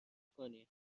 کنید